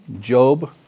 Job